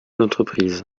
l’entreprise